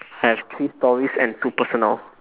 I have three stories and two personal